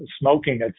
smoking